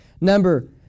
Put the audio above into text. number